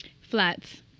Flats